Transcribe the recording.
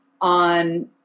on